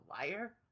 liar